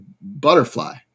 butterfly